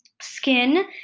skin